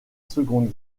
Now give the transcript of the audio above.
seconde